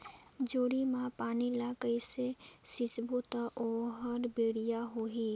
जोणी मा पानी ला कइसे सिंचबो ता ओहार बेडिया होही?